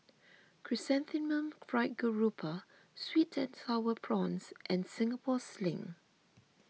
Chrysanthemum Fried Garoupa Sweet and Sour Prawns and Singapore Sling